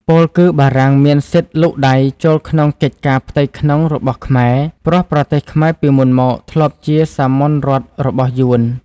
ពោលគឺបារាំងមានសិទ្ធិលូកដៃចូលក្នុងកិច្ចការផ្ទៃក្នុងរបស់ខ្មែរ ព្រោះប្រទេសខ្មែរពីមុនមកធ្លាប់ជាសាមន្តរដ្ឋរបស់យួន។